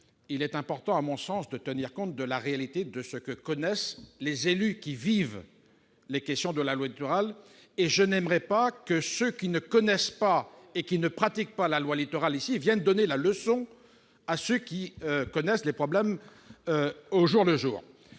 qu'il importe, à mon sens, de tenir compte de la réalité de ce que connaissent les élus qui vivent les questions liées à la loi Littoral. Je n'aimerais pas que ceux d'entre nous qui ne connaissent pas ni ne pratiquent la loi Littoral viennent faire la leçon à ceux qui connaissent les problèmes au jour le jour.